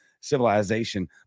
civilization